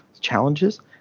challenges